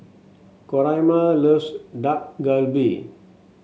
Coraima loves Dak Galbi